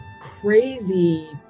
crazy